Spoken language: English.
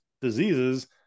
diseases